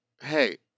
Hey